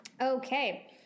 Okay